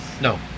no